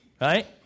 right